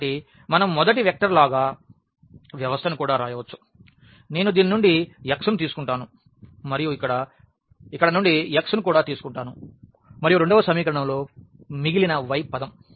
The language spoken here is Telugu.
కాబట్టి మనం మొదటి వెక్టర్ లాగా సిస్టమ్ను కూడా వ్రాయవచ్చు నేను దీని నుండి x ను తీసుకుంటాను మరియు ఇక్కడ నుండి x ను కూడా తీసుకుంటాను మరియు రెండవ సమీకరణంలో మిగిలిన y పదం